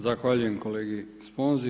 Zahvaljujem kolegi Sponzi.